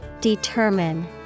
Determine